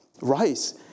rice